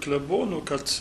klebonu kad